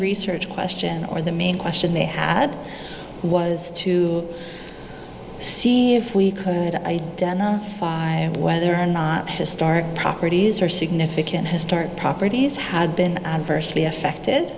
research question or the main question they had was to see if we could identify whether or not his start properties are significant his start properties had been adversely affected